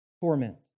torment